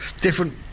Different